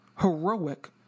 heroic